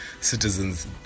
citizens